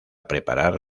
preparar